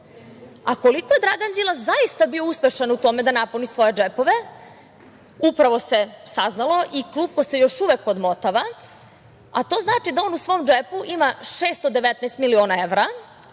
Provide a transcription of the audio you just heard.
a koliko je Dragan Đilas zaista bio uspešan u tome da napuni svoje džepove upravo se saznalo i klupko se još uvek odmotava, a to znači da on u svom džepu ima 619 miliona evra